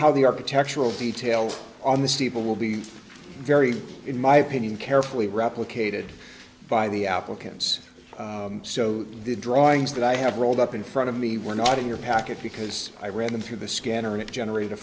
how the architectural details on the steeple will be very in my opinion carefully replicated by the applicants so the drawings that i have rolled up in front of me were not in your packet because i read them through the scanner and it generated a